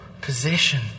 possession